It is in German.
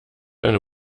eine